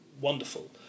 wonderful